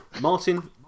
Martin